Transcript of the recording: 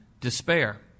despair